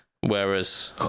Whereas